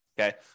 okay